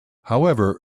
however